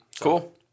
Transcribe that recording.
Cool